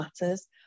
matters